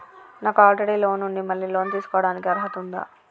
నాకు already loan ఉండి మళ్ళీ లోన్ తీసుకోవడానికి అర్హత ఉందా?